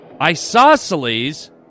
Isosceles